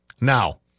Now